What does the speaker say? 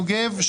יוגב,